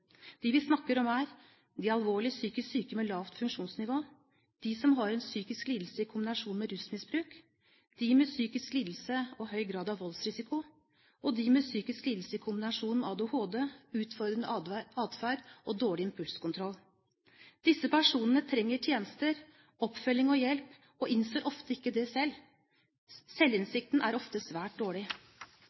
De vi snakker om, er de alvorlig psykisk syke med lavt funksjonsnivå de som har en psykisk lidelse i kombinasjon med rusmisbruk de med psykisk lidelse og høy grad av voldsrisiko de med psykisk lidelse i kombinasjon med ADHD, utfordrende atferd og dårlig impulskontroll Disse personene trenger tjenester, oppfølging og hjelp, men innser det ofte ikke selv. Selvinnsikten er ofte svært dårlig.